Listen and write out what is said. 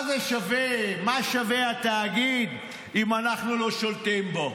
מה שווה התאגיד אם אנחנו לא שולטים בו.